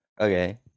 okay